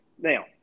Now